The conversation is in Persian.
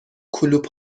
کلوپ